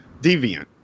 Deviant